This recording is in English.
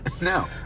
No